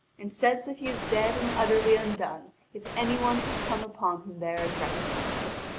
and says that he is dead and utterly undone if any one has come upon him there and recognised him.